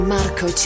Marco